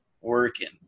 working